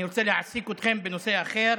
אני רוצה להעסיק אתכם בנושא אחר,